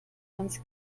ganz